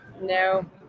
no